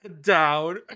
down